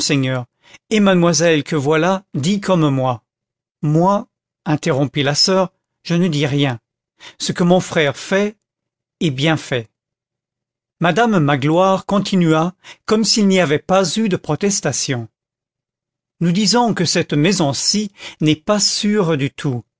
et mademoiselle que voilà dit comme moi moi interrompit la soeur je ne dis rien ce que mon frère fait est bien fait madame magloire continua comme s'il n'y avait pas eu de protestation nous disons que cette maison-ci n'est pas sûre du tout